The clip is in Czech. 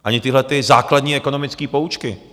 Ani tyhle základní ekonomické poučky.